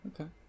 Okay